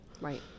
Right